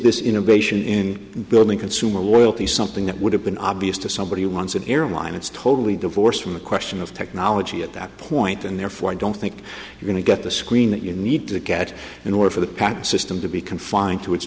this innovation in building consumer world is something that would have been obvious to somebody who wants an airline it's totally divorced from the question of technology at that point and therefore i don't think you're going to get the screen that you need to get in order for the patent system to be confined to it